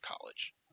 college